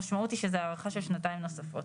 המשמעות היא שישנה הארכה של שנתיים נוספות.